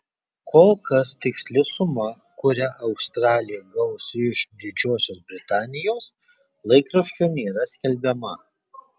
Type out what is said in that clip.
kol kas tiksli suma kurią australė gaus iš didžiosios britanijos laikraščio nėra skelbiama